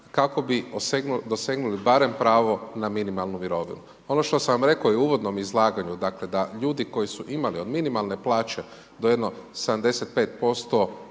kako bi dosegnuli barem pravo na minimalnu mirovinu. Ono što sam vam rekao i u uvodnom izlaganju da ljudi koji su imali od minimalne plaće do jedno 75%